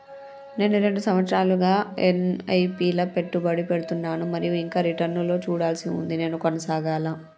నేను రెండు సంవత్సరాలుగా ల ఎస్.ఐ.పి లా పెట్టుబడి పెడుతున్నాను మరియు ఇంకా రిటర్న్ లు చూడాల్సి ఉంది నేను కొనసాగాలా?